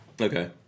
Okay